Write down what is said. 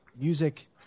music